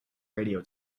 radio